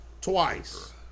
twice